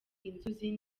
inzuzi